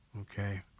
okay